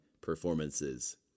performances